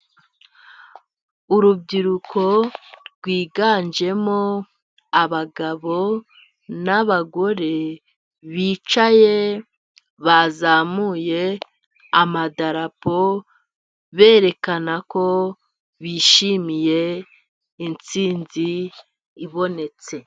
Urubyiruko rwiganjemo abagabo n' abagore bicaye, bazamuye amadarapo berekanako bishimiye intsinzi ibonetse.